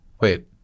Wait